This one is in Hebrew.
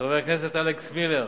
חבר הכנסת אלכס מילר,